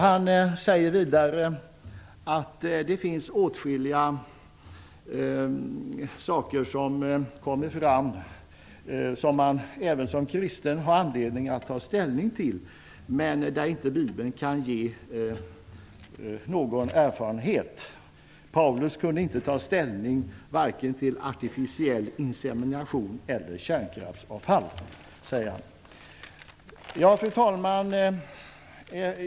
Vidare säger ärkebiskopen att det finns åtskilliga saker som man även som kristen har anledning att ta ställning till men som inte Bibeln kan ha någon erfarenhet av. Paulus kunde inte ta ställning vare sig till artificiell insemination eller kärnkraftsavfall. Fru talman!